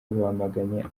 bamaganye